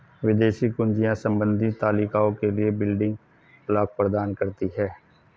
विदेशी कुंजियाँ संबंधित तालिकाओं के लिए बिल्डिंग ब्लॉक प्रदान करती हैं